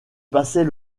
passait